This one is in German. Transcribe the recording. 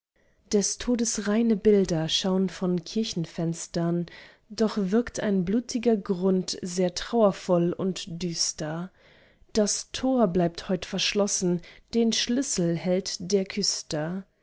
des todes reine bilder schaun von kirchenfenstern doch wirkt ein blutiger grund sehr trauervoll und düster das tor blieb heut verschlossen den schlüssel hat der küster